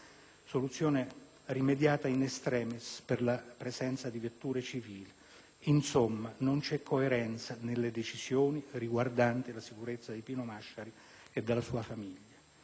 solo *in extremis* per la presenza di vetture civili. Insomma, non c'è coerenza nelle decisioni riguardanti la sicurezza di Giuseppe Masciari e della sua famiglia.